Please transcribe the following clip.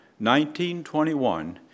1921